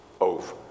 Over